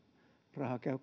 raha käy